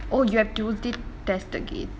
oh you have tuesday test again